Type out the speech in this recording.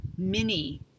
Mini